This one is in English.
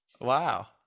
Wow